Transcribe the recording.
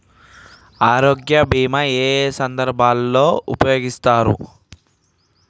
ఆరోగ్య బీమా ఏ ఏ సందర్భంలో ఉపయోగిస్తారు?